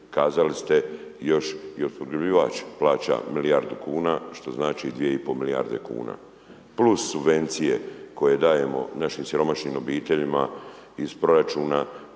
Kazali ste još i opskrbljivač plaća milijardu kuna, što znači dvije i pol milijarde kuna + subvencije koje dajemo našim siromašnim obiteljima iz proračuna